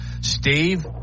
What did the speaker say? Steve